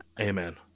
Amen